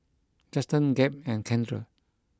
Juston Gabe and Kendra